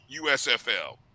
USFL